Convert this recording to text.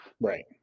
Right